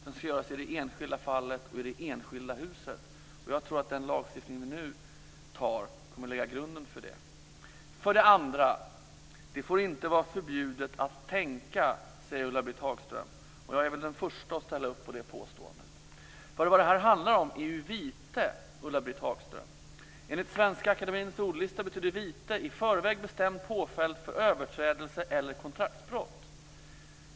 De ska göras i det enskilda fallet och gälla det enskilda huset. Jag tror att den lagstiftning som vi nu antar kommer att lägga grunden för detta. För det andra säger Ulla-Britt Hagström att det inte får vara förbjudet att tänka. Jag är väl den förste att ställa upp på det påståendet. Detta handlar ju om vite, Ulla-Britt Hagström. Enligt Svenska Akademiens ordlista betyder "vite" i förväg bestämd påföljd för överträdelse eller kontraktsbrott.